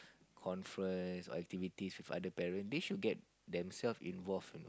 conference activities with other parents they should get themselves involved